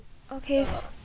okay